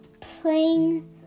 playing